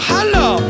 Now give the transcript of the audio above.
Hello